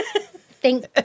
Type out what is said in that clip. Thank